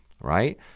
right